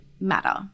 matter